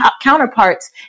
counterparts